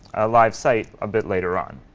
a live site a bit later on.